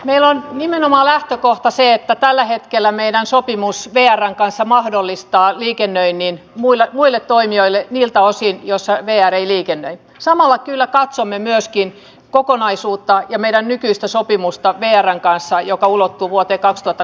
meillä on nimenomaa lähtökohta se että tällä hetkellä meidän sopimus veeärrän kanssa mahdollistaa liikennöinnin muille muille toimijoille vilta osin jossa veijari liikenne samalla kyllä katsomme myöskin kokonaisuutta ja meidän nykyistä sopimusta veeran kanssa joka ulottuu vuoteen katsota